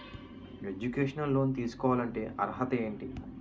Educational loan తీసుకోవాలంటే అర్హత ఏంటి?